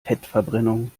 fettverbrennung